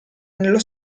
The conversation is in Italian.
nello